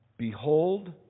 Behold